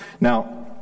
Now